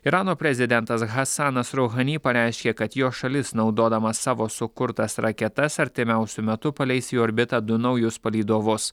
irano prezidentas hasanas rohany pareiškė kad jo šalis naudodama savo sukurtas raketas artimiausiu metu paleis į orbitą du naujus palydovus